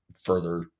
further